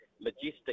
Majestic